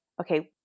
okay